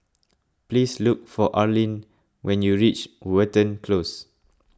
please look for Arlyn when you reach Watten Close